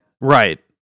Right